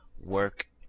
work